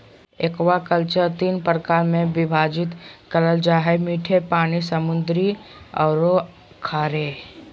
aquaculture तीन प्रकार में विभाजित करल जा हइ मीठे पानी, समुद्री औरो खारे